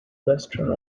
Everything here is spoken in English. western